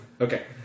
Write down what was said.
Okay